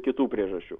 kitų priežasčių